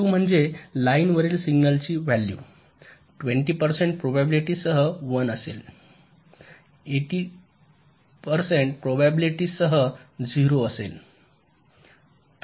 २ म्हणजे लाइन वरील सिग्नलची व्हॅल्यू २० टक्के प्रोबॅबिलिटी सह 1 असेल तर 80 टक्के प्रोबॅबिलिटी सह 0 असेल